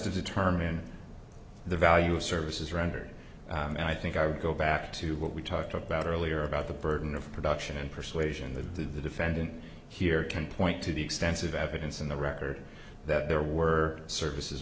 to determine the value of services rendered and i think i would go back to what we talked about earlier about the burden of production and persuasion that to the defendant here can point to the extensive evidence in the record that there were services